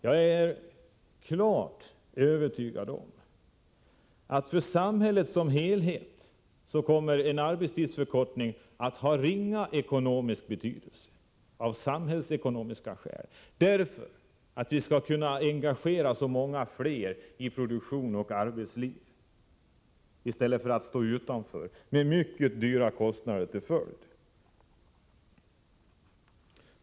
Jag är klart övertygad om att för samhället som helhet kommer en arbetstidsförkortning att ha ringa ekonomisk betydelse, därför att vi kan engagera så många fler i produktion och arbetsliv i stället för att de står utanför med mycket dryga kostnader som följd.